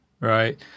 Right